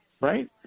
right